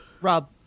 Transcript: Rob